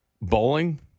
Bowling